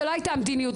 זו לא הייתה המדיניות.